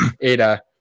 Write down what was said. Ada